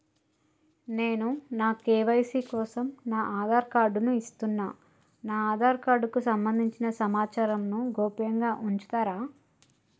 నేను నా కే.వై.సీ కోసం నా ఆధార్ కార్డు ను ఇస్తున్నా నా ఆధార్ కార్డుకు సంబంధించిన సమాచారంను గోప్యంగా ఉంచుతరా?